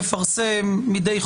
בבקשה.